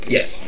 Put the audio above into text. Yes